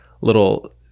little